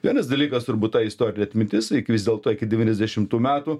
vienas dalykas turbūt ta istorinė atmintis juk vis dėlto iki devyniasdešimtų metų